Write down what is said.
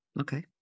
Okay